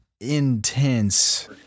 intense